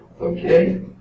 Okay